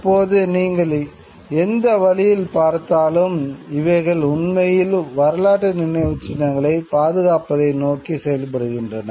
தற்போது நீங்கள் எந்த வழியில் பார்த்தாலும் இவைகள் உண்மையில் வரலாற்று நினைவுச்சின்னங்களைப் பாதுகாப்பதை நோக்கி செய்யப்படுகின்றன